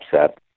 upset